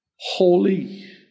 Holy